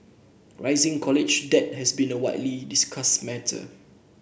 rising college debt has been a widely discussed matter